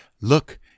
Look